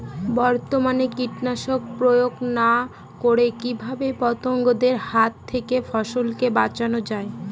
বর্তমানে কীটনাশক প্রয়োগ না করে কিভাবে পতঙ্গদের হাত থেকে ফসলকে বাঁচানো যায়?